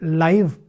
live